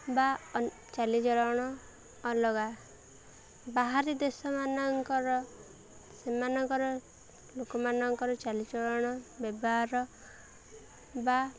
ବା ଚାଲିଚଳଣ ଅଲଗା ବାହାର ଦେଶମାନଙ୍କର ସେମାନଙ୍କର ଲୋକମାନଙ୍କର ଚାଲିଚଳଣ ବ୍ୟବହାର ବା